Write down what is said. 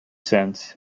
sense